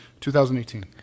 2018